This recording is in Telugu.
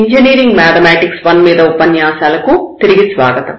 ఇంజనీరింగ్ మ్యాథమెటిక్స్ I మీద ఉపన్యాసాలకు తిరిగి స్వాగతం